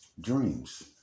dreams